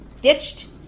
Ditched